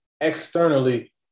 externally